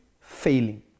failing